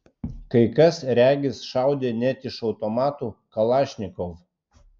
kai kas regis šaudė net iš automatų kalašnikov